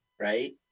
right